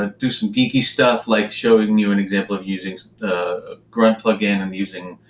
ah do some geeky stuff like showing you an example of using the grunt plug in. i'm using